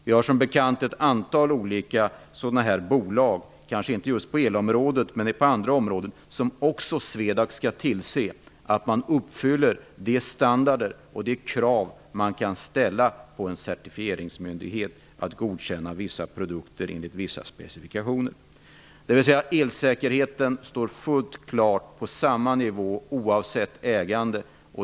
Vi har som bekant ett antal sådana här bolag, kanske inte just på elområdet men på andra, där SWEDAC också skall tillse att de krav på standarder uppfylls som man kan ställa på en certifieringsmyndighet för att få godkänna vissa produkter enligt vissa specifikationer. Elsäkerheten är fullt klart på samma nivå oavsett ägande.